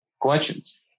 questions